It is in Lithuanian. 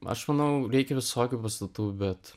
aš manau reikia visokių pastatų bet